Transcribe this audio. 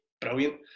brilliant